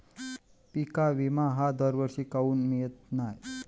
पिका विमा हा दरवर्षी काऊन मिळत न्हाई?